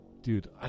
Dude